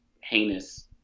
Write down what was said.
heinous